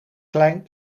klein